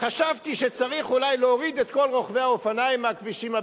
חשבתי שצריך אולי להוריד את כל רוכבי האופניים מהכבישים הבין-עירוניים.